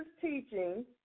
teaching